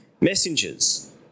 messengers